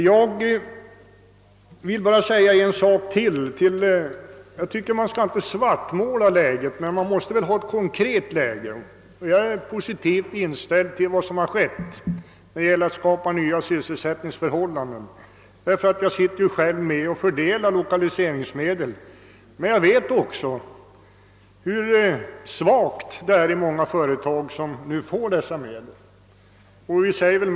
Jag tycker inte att läget skall svartmålas, men vi måste ha något konkret att hålla oss till. Jag är mycket positivt inställd till strävandena att skapa nya sysselsättningsmöjligheter och vad som därvid åstadkommits, inte minst därför att jag själv är med och fördelar lokaliseringsmedlen. Men jag vet också hur svaga många företag är som får lokaliseringsmedel.